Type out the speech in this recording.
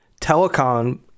telecom